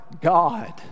God